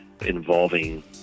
involving